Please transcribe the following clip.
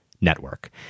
network